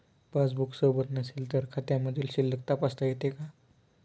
Passbook सोबत नसेल तर खात्यामधील शिल्लक तपासता येते का?